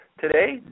today